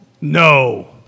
No